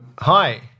Hi